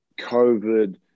COVID